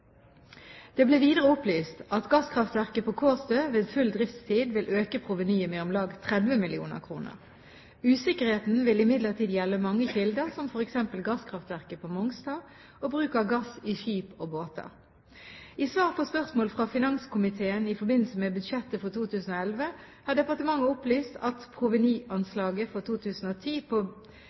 Det ble videre opplyst at gasskraftverket på Kårstø ved full driftstid vil øke provenyet med om lag 30 mill. kr. Usikkerheten vil imidlertid gjelde mange kilder, som f.eks. gasskraftverket på Mongstad og bruk av gass i skip og båter. I svar på spørsmål fra finanskomiteen i forbindelse med budsjettet for 2011 har departementet opplyst at provenyanslaget for 2010 vil bli vurdert på